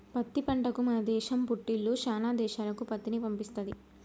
పత్తి పంటకు మన దేశం పుట్టిల్లు శానా దేశాలకు పత్తిని పంపిస్తది